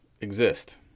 exist